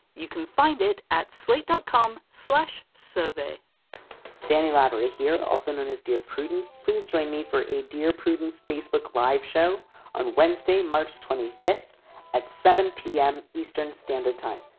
you can find it at slate dot com slash survey danny laborie here. also known as dear prudence. please join me for a dear prudence facebook live show on wednesday, march twenty fifth at seven zero p m. eastern standard time.